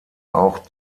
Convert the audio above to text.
auch